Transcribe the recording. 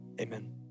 Amen